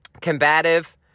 combative